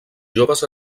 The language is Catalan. joves